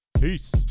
peace